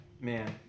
Man